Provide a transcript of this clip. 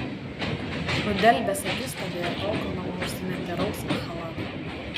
nudelbęs akis stovėjo tol kol mama užsimetė rausvą chalatą